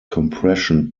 compression